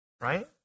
right